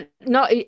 no